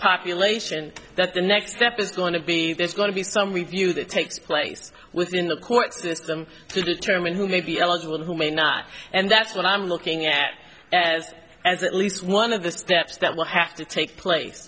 population that the next step is going to be there's going to be some review that takes place within the court system to determine who may be eligible who may not and that's what i'm looking at as as at least one of the steps that will have to take place